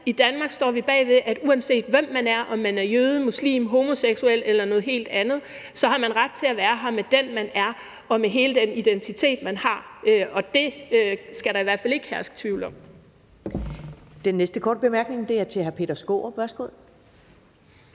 I Danmark står vi bag, at uanset hvem man er – om man er jøde, muslim, homoseksuel eller noget helt andet – har man ret til at være her som den, man er, og med hele den identitet, man har. Det skal der i hvert fald ikke herske tvivl om.